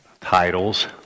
titles